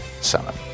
Senate